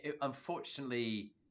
Unfortunately